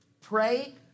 Pray